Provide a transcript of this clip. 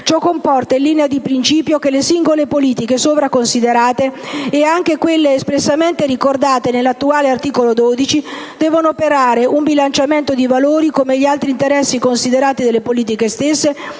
Ciò comporta, in linea di principio, che le singole politiche sopra considerate e anche quelle espressamente ricordate nell'attuale articolo 12, devono operare un bilanciamento di valori con gli altri interessi considerati dalle politiche stesse,